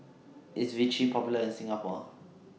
IS Vichy Popular in Singapore